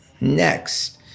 next